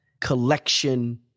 collection